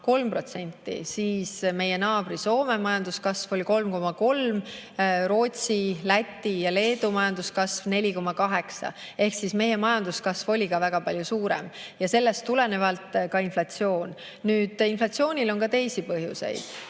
siis meie naabri, Soome majanduskasv oli 3,3%, Rootsi, Läti ja Leedu majanduskasv 4,8%, ehk siis meie majanduskasv oli väga palju suurem ja sellest tulenevalt ka inflatsioon. Inflatsioonil on teisigi põhjuseid.